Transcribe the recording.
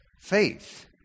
faith